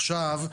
עכשיו,